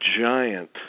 giant